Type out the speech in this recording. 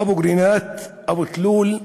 אבו-קרינאת, אבו-תלול,